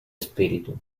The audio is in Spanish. espíritu